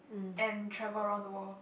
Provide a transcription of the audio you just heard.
and travel around the world